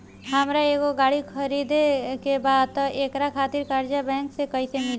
हमरा एगो गाड़ी खरीदे के बा त एकरा खातिर कर्जा बैंक से कईसे मिली?